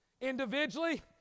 Individually